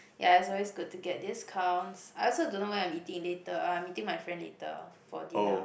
ya it's always good to get discounts I also don't know what I'm eating later I'm meeting my friend later for dinner